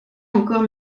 encore